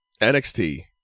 NXT